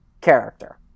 Character